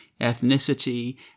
ethnicity